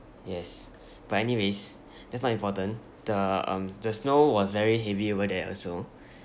yes but anyways that's not important the um the snow was very heavy over there also